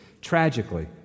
tragically